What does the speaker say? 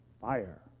fire